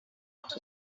lot